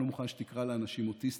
אני לא מוכן שתקרא לאנשים אוטיסטים.